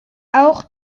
auch